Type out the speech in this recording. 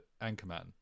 Anchorman